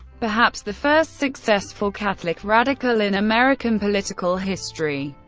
perhaps the first successful catholic radical in american political history.